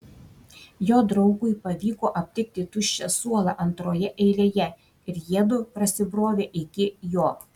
jo draugui pavyko aptikti tuščią suolą antroje eilėje ir jiedu prasibrovė iki jo